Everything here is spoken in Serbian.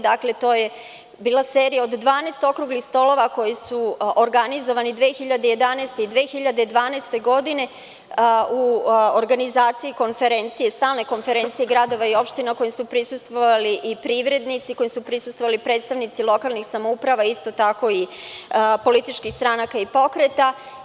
Dakle, to je bila serija od 12 okruglih stolova koji su organizovani 2011. i 2012. godine u organizaciji Stalne konferencije gradova i opština, kojoj su prisustvovali privrednici, kojoj su prisustvovali predstavnici lokalnih samouprava, isto tako i političkih stranaka i pokreta.